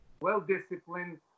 well-disciplined